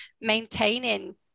maintaining